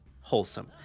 wholesome